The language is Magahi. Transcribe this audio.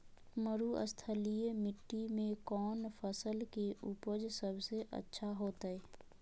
मरुस्थलीय मिट्टी मैं कौन फसल के उपज सबसे अच्छा होतय?